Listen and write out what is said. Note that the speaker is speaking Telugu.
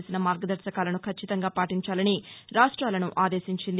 చేసిన మార్గదర్భకాలను ఖచ్చితంగా పాటించాలని రాష్ట్టాలను ఆదేశించింది